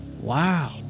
Wow